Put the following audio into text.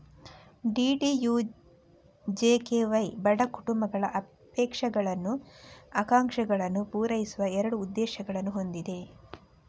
DDUJKY ಬಡ ಕುಟುಂಬಗಳ ಅಪೇಕ್ಷಗಳನ್ನು, ಆಕಾಂಕ್ಷೆಗಳನ್ನು ಪೂರೈಸುವ ಎರಡು ಉದ್ದೇಶಗಳನ್ನು ಹೊಂದಿದೆ